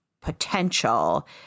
potential